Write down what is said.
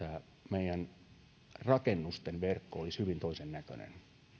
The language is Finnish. meidän rakennusten verkko olisi hyvin toisennäköinen